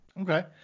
Okay